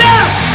Yes